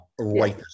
right